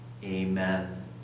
amen